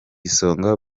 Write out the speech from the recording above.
isonga